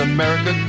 America